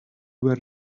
where